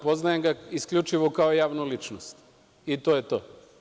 Poznajem ga isključivo kao javnu ličnost i to je to.